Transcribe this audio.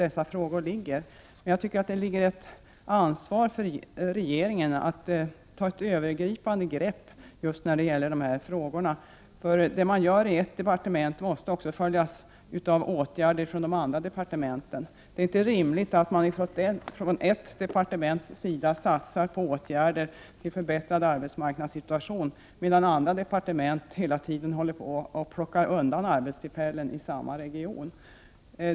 Jag tycker dock att regeringen har ett övergripande ansvar när det gäller just dessa frågor. Det man gör i ert departement måste också följas av åtgärder från de andra departementen. Det är inte rimligt att man från ert departements sida satsar på åtgärder för förbättrad arbetsmarknadssituation, medan andra departement hela tiden plockar undan arbetstillfällen i samma region.